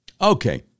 Okay